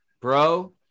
Bro